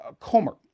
Comer